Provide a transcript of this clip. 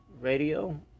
Radio